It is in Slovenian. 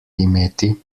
imeti